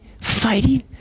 fighting